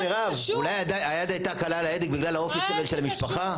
אולי היד הייתה קלה על ההדק בגלל האופי של המשפחה?